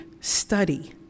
study